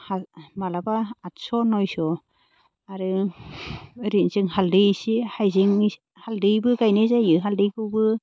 हा मालाबा आथस' नयस' आरो ओरैनो जों हालदै एसे हाइजें हालदैबो गायनाय जायो हालदैखौबो